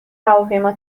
هواپیما